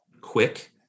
quick